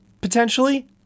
potentially